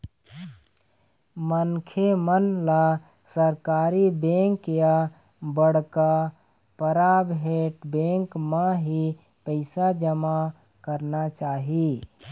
मनखे मन ल सरकारी बेंक या बड़का पराबेट बेंक म ही पइसा जमा करना चाही